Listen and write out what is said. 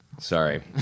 sorry